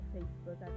Facebook